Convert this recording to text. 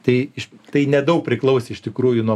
tai iš tai nedaug priklausė iš tikrųjų nuo